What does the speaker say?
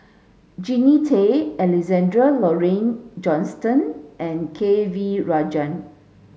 Jannie Tay Alexander Laurie Johnston and K V Rajah